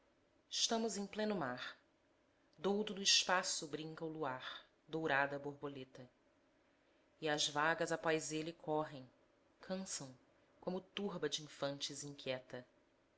stamos em pleno mar doudo no espaço brinca o luar dourada borboleta e as vagas após ele correm cansam como turba de infantes inquieta